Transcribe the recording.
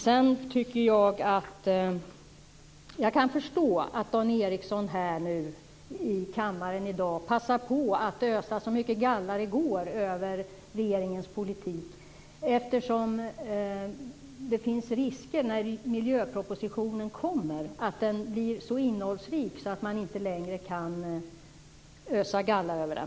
Sedan kan jag förstå att Dan Ericsson här i kammaren i dag passar på att ösa så mycket galla det går över regeringens politik. Det finns ju en risk när miljöpropositionen kommer att den blir så innehållsrik att man inte längre kan ösa galla över den.